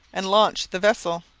and launched the vessels.